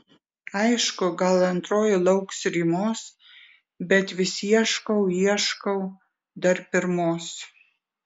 aišku gal antroji lauks rymos bet vis ieškau ieškau dar pirmos